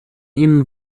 ihnen